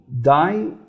die